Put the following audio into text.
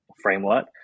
framework